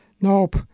Nope